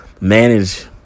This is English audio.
manage